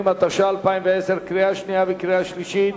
120), התש"ע 2010, קריאה שנייה וקריאה שלישית.